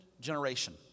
generation